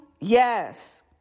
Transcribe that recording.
yes